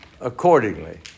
accordingly